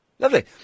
Lovely